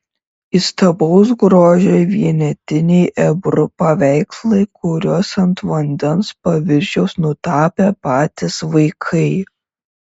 įstabaus grožio vienetiniai ebru paveikslai kuriuos ant vandens paviršiaus nutapė patys vaikai